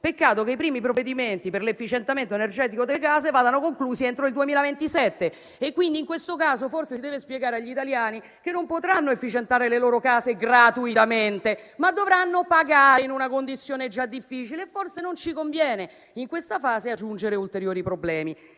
Peccato che i primi provvedimenti per l'efficientamento energetico delle case vadano conclusi entro il 2027. È, quindi, in questo caso forse si deve spiegare agli italiani che non potranno efficientare le loro case gratuitamente, ma dovranno pagare in una condizione già difficile e forse non ci conviene in questa fase aggiungere ulteriori problemi.